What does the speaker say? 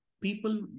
People